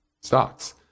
stocks